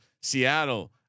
Seattle